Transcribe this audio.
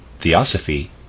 Theosophy